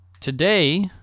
Today